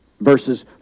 Verses